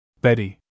Betty